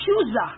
accuser